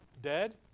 Dead